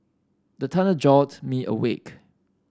the thunder jolt me awake